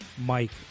Mike